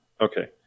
Okay